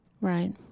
Right